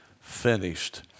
finished